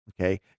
Okay